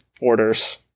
orders